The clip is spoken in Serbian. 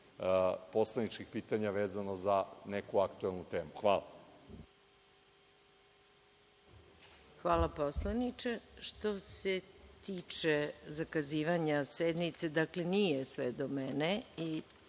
poslaničkih pitanja vezano za neku aktuelnu temu. Hvala. **Maja Gojković** Hvala, poslaniče. Što se tiče zakazivanja sednice, nije sve do mene i